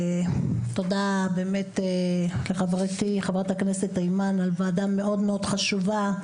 תודה באמת לחברתי חברת הכנסת אימאן על ועדה מאוד מאוד חשובה.